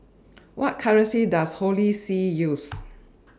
What currency Does Holy See use